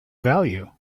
value